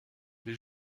les